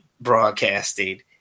broadcasting